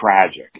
tragic